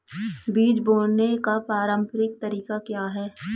बीज बोने का पारंपरिक तरीका क्या है?